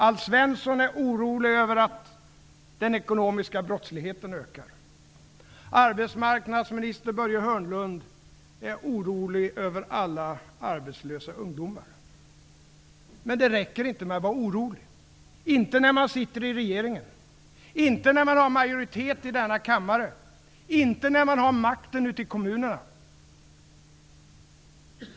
Alf Svensson är orolig över att den ekonomiska brottsligheten ökar. Arbetsmarknadsminister Börje Hörnlund är orolig över alla arbetslösa ungdomar. Men det räcker inte att vara orolig, inte när man sitter i regeringen, inte när man har majoritet i denna kammare och inte när man har makten ute i kommunerna.